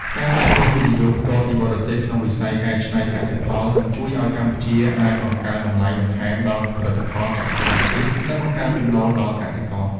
ការទាក់ទាញ វិនិយោគផ្ទាល់ពីបរទេស ក្នុងវិស័យកែច្នៃកសិផល នឹងជួយឱ្យកម្ពុជាអាចបង្កើនតម្លៃបន្ថែមដល់ផលិតផលកសិកម្មជាតិ និងបង្កើនចំណូលដល់កសិករ។